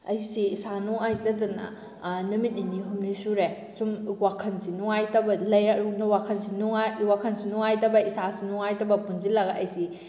ꯑꯩꯁꯤ ꯏꯁꯥ ꯅꯨꯡꯉꯥꯏꯇꯗꯅ ꯅꯨꯃꯤꯠ ꯅꯤꯅꯤ ꯍꯨꯝꯅꯤ ꯁꯨꯔꯦ ꯑꯁꯨꯝ ꯋꯥꯈꯜꯁꯤ ꯅꯨꯡꯉꯥꯏꯇꯕ ꯋꯥꯈꯜꯁꯤ ꯋꯥꯈꯜꯁꯨ ꯅꯨꯡꯉꯥꯏꯇꯕ ꯏꯁꯥꯁꯨ ꯅꯨꯡꯉꯥꯏꯇꯕ ꯄꯨꯟꯁꯤꯜꯂꯒ ꯑꯩꯁꯤ